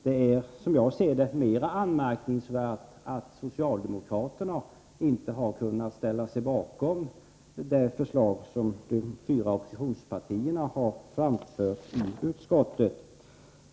Det är, som jag ser det, mera anmärkningsvärt att socialdemokraterna inte har kunnat ställa sig bakom det förslag som de fyra oppositionspartierna har framfört i utskottet.